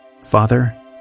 Father